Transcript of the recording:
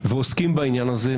ועוסקים בעניין הזה,